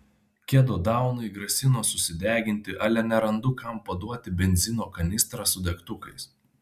kedodaunai grasino susideginti ale nerandu kam paduoti benzino kanistrą su degtukais